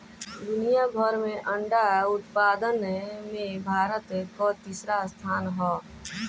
दुनिया भर में अंडा उत्पादन में भारत कअ तीसरा स्थान हअ